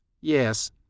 Yes